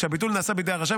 כשהביטול נעשה בידי הרשם,